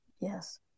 Yes